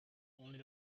only